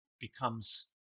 becomes